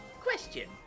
Question